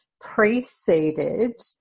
preceded